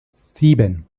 sieben